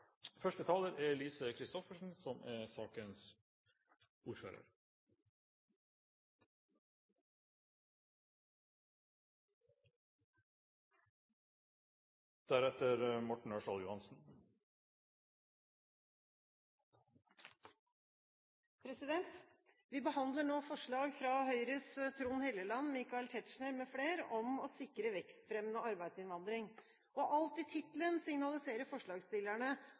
Vi behandler nå forslag fra Høyres Trond Helleland, Michael Tetzschner mfl. om å sikre vekstfremmende arbeidsinnvandring. Alt i tittelen signaliserer forslagsstillerne